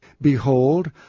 Behold